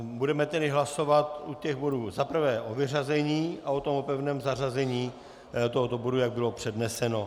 Budeme tedy hlasovat u těch bodů za prvé o vyřazení a potom o pevném zařazení tohoto bodu, jak bylo předneseno.